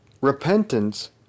Repentance